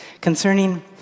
Concerning